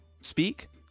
speak